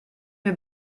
mir